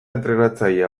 entrenatzailea